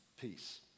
peace